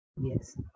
Yes